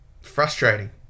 Frustrating